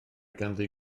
ganddi